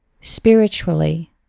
spiritually